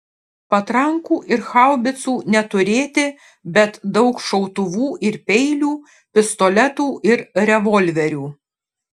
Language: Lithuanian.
patrankų ir haubicų neturėti bet daug šautuvų ir peilių pistoletų ir revolverių